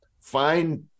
find